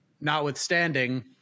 notwithstanding